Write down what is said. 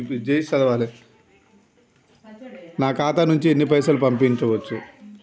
నా ఖాతా నుంచి ఎన్ని పైసలు పంపించచ్చు?